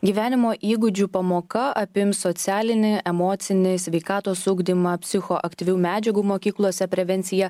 gyvenimo įgūdžių pamoka apims socialinį emocinį sveikatos ugdymą psichoaktyvių medžiagų mokyklose prevenciją